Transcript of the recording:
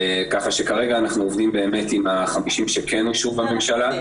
כך שכרגע אנחנו עובדים באמת עם ה-50 מיליון שכן אושרו בממשלה.